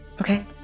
Okay